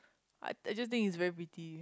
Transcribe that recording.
I I just think it's very pretty